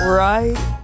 right